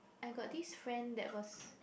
I got this friend that was